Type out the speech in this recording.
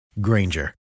Granger